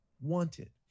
Wanted